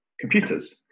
computers